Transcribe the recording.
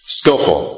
skillful